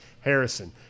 Harrison